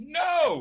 no